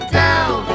down